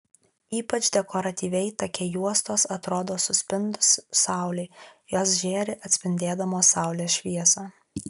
ypač dekoratyviai take juostos atrodo suspindus saulei jos žėri atspindėdamos saulės šviesą